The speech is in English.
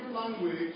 language